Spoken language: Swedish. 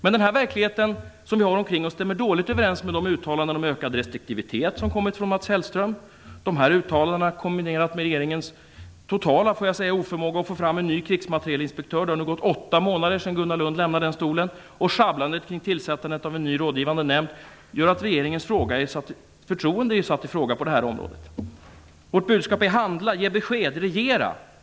Men den verklighet som vi har omkring oss stämmer dåligt överens med Mats Hellströms uttalanden om ökad restriktivitet, kombinerade med regeringens totala oförmåga att få fram en ny krigsmaterielinspektör. Det har nu gått åtta månader sedan Gunnar Lundh lämnade den stolen, och sjabblandet kring tillsättandet av en ny rådgivande nämnd gör att regeringens förtroende på det här området är ifrågasatt. Vårt budskap är: handla, ge besked, regera!